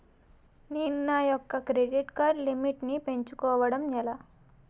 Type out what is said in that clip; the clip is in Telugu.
నేను నా యెక్క క్రెడిట్ కార్డ్ లిమిట్ నీ పెంచుకోవడం ఎలా?